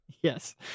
Yes